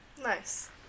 Nice